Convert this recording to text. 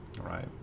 right